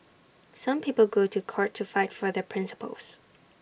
some people go to court to fight for their principles